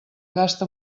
gasta